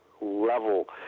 level